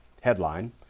Headline